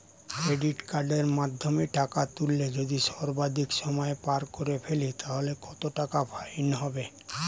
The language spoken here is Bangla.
ক্রেডিট কার্ডের মাধ্যমে টাকা তুললে যদি সর্বাধিক সময় পার করে ফেলি তাহলে কত টাকা ফাইন হবে?